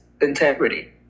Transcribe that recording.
integrity